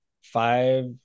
five